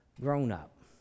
grown-up